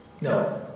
No